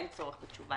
אין צורך בתשובה.